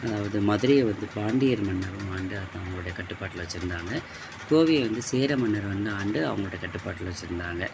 அதாவது மதுரையை வந்து பாண்டியர் மன்னரும் ஆண்டு தங்களோடைய கட்டுப்பாட்டில் வைச்சுருந்தாங்க கோவையை வந்து சேர மன்னர் வந்து ஆண்டு அவங்களோட கட்டுப்பாட்டில் வைச்சுருந்தாங்க